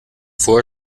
vorher